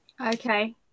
Okay